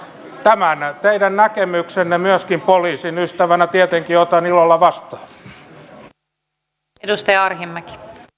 tämän teidän näkemyksenne myöskin poliisin ystävänä tietenkin otan ilolla vastaan